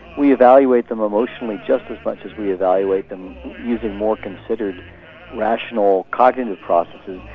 we evaluate them emotionally just as much as we evaluate them using more considered rational cognitive processes.